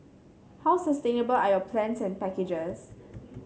how sustainable are your plans and packages